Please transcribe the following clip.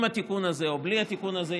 עם התיקון הזה או בלי התיקון הזה,